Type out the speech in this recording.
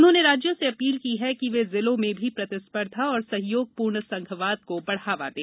उन्होंने राज्यों से अपील की है कि वे जिलों में भी प्रतिस्पर्धा और सहयोगपूर्ण संघवाद को बढ़ावा दें